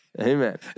Amen